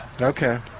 Okay